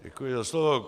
Děkuji za slovo.